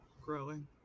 growing